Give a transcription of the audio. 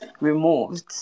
removed